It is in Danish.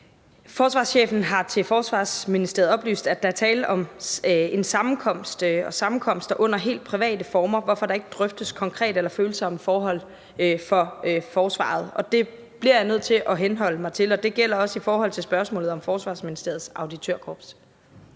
Forsvarschefen har til Forsvarsministeriet oplyst, at der er tale om en sammenkomst og sammenkomster under helt private former, hvorfor der ikke drøftes konkrete eller følsomme forhold for forsvaret, og det bliver jeg nødt til at henholde mig til. Det gælder også i forhold til spørgsmålet om Forsvarsministeriets Auditørkorps.